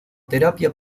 terapia